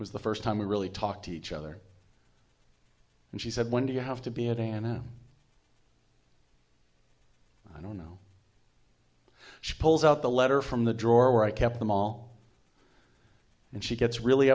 was the first time we really talked to each other and she said when do you have to be at and i don't know she pulls out the letter from the drawer where i kept them all and she gets really